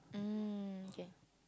mm kay